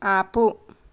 ఆపు